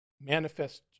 manifest